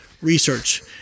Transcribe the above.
research